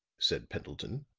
said pendleton.